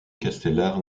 castellar